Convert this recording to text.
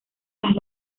las